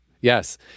Yes